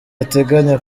ateganya